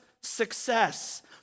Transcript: success